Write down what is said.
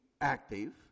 active